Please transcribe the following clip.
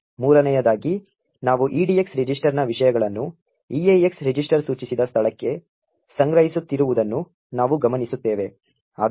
ಮೂರನೆಯದಾಗಿ ನಾವು EDX ರಿಜಿಸ್ಟರ್ನ ವಿಷಯಗಳನ್ನು EAX ರಿಜಿಸ್ಟರ್ ಸೂಚಿಸಿದ ಸ್ಥಳಕ್ಕೆ ಸಂಗ್ರಹಿಸುತ್ತಿರುವುದನ್ನು ನಾವು ಗಮನಿಸುತ್ತೇವೆ